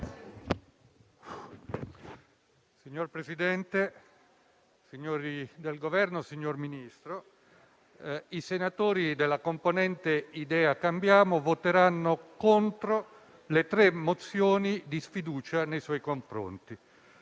Signor Presidente, signori del Governo, signor Ministro, i senatori della componente Idea-Cambiamo voteranno contro le tre mozioni di sfiducia nei suoi confronti.